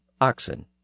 oxen